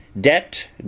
DEBT